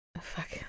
fuck